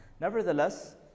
Nevertheless